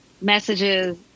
messages